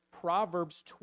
Proverbs